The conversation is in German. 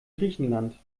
griechenland